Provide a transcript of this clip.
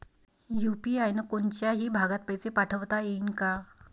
UPI न कोनच्याही भागात पैसे पाठवता येईन का?